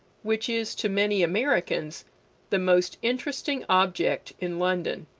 which is to many americans the most interesting object in london.